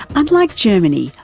unlike germany,